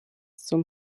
zum